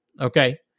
Okay